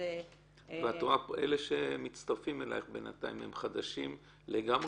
אלה שמצטרפים אלייך בינתיים הם חדשים לגמרי,